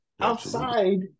outside